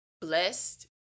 blessed